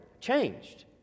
changed